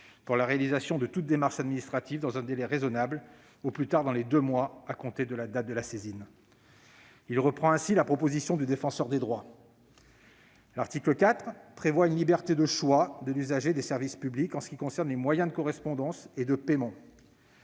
pour la réalisation de toute démarche administrative dans un délai raisonnable, au plus tard dans les deux mois à compter de la date de la saisine. Cet article reprend une proposition du Défenseur des droits. L'article 4 prévoit une liberté de choix de l'usager des services publics en ce qui concerne les moyens de correspondance et de paiement.